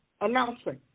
announcing